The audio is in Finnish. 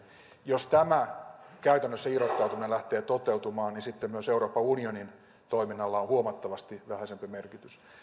jos tämä käytännössä irrottautuminen lähtee toteutumaan niin sitten myös euroopan unionin toiminnalla on huomattavasti vähäisempi merkitys